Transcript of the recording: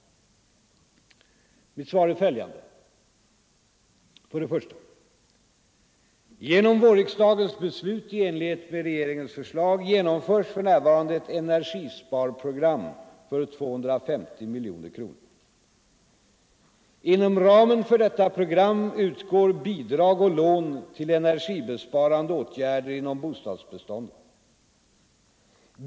Mitt svar är följande: För det första: Genom vårriksdagens beslut i enlighet med regeringens förslag genomförs för närvarande ett energisparprogram för 250 miljoner kronor. Inom ramen för detta program utgår bidrag och lån till energibesparande åtgärder inom bostadsbeståndet.